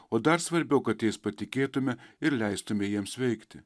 o dar svarbiau kad jais patikėtume ir leistumei jiems veikti